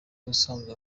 ubusanzwe